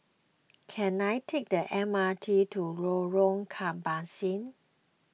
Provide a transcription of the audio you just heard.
can I take the M R T to Lorong Kebasi